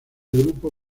grupo